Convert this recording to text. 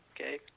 Okay